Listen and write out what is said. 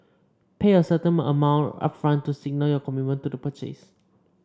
pay a certain amount upfront to signal your commitment to the purchase